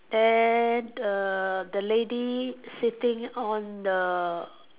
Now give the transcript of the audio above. then err the lady sitting on the